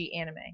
anime